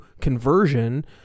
conversion